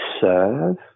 serve